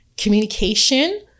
communication